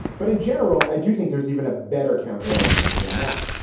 but in general, i do think there's even a better counterargument than that.